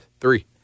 three